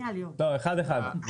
אחד, אחד.